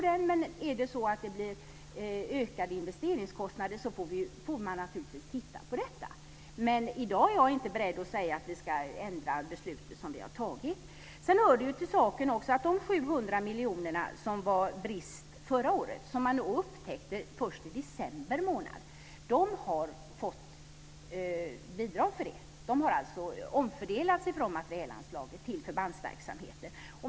Men är det så att det blir ökade investeringskostnader får man naturligtvis titta på detta. I dag är jag inte beredd att säga att vi ska ändra på det beslut som vi har fattat. Sedan hör det också till saken att de 700 miljoner som var brist förra året, som man upptäckte först i december månad, dem har man fått bidrag för. De har alltså omfördelats från materialanslaget till förbandsverksamheten.